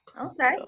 Okay